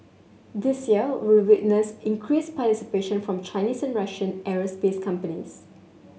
this year will witness increased participation from Chinese and Russian aerospace companies